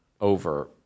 over